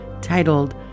titled